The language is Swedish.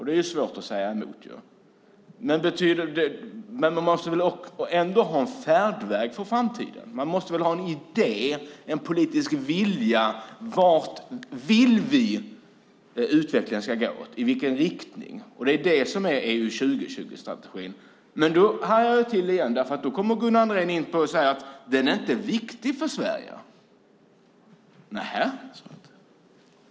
Det är ju svårt att säga emot, men man måste väl ändå ha en färdväg för framtiden. Man måste väl ha en idé, en politisk vilja. I vilken riktning vill vi att utvecklingen ska gå? Det är det som är EU 2020-strategin. Då hajar jag till igen, därför att då säger Gunnar Andrén att den inte är viktig för Sverige.